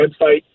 website